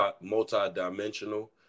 multi-dimensional